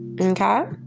okay